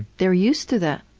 they're used to that.